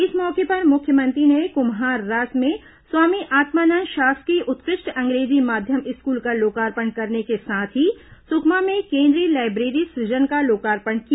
इस मौके पर मुख्यमंत्री ने कुम्हाररास में स्वामी आत्मानंद शासकीय उत्कृष्ट अंग्रेजी माध्यम स्कूल का लोकार्पण करने के साथ ही सुकमा में केंद्रीय लाइब्रेरी सुजन का लोकार्पण किया